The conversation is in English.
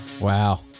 Wow